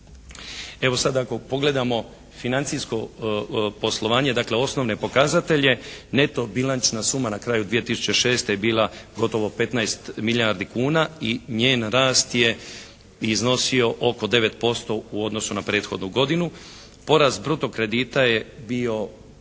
Evo, sada ako pogledamo financijsko poslovanje, dakle osnovne pokazatelje, neto bilančna suma na kraju 2006. je bila gotovo 15 milijardi kuna i njen rast je iznosio oko 9% u odnosu na prethodnu godinu. Porast bruto kredita je bio